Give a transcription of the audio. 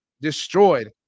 destroyed